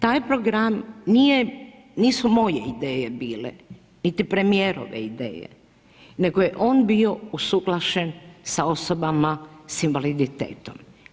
Taj program nisu moje ideje bile, niti premijerove ideje nego je on bio usuglašen sa osobama sa invaliditetom.